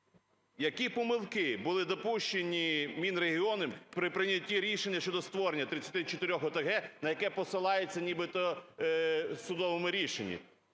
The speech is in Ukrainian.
Які помилки були допущеніМінрегіоном при прийнятті рішення щодо створення 34 ОТГ, на яке посилаються нібито у судовому рішенні?